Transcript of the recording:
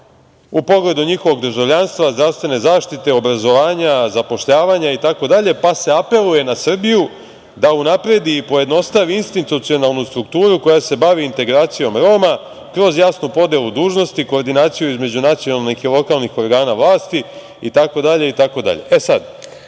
u pogledu njihovog državljanstva, zdravstvene zaštite, obrazovanja, zapošljavanja itd, pa se apeluje na Srbiju da unapredi i pojednostavi institucionalnu strukturu koja se bavi integracijom Roma kroz jasnu podelu dužnosti koordinaciju između nacionalnih i lokalnih organa vlasti i